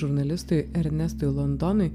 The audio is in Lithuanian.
žurnalistui ernestui londonui